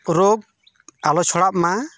ᱨᱳᱜ ᱟᱞᱚ ᱪᱷᱚᱲᱟᱜ ᱢᱟ